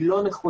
היא לא נכונה.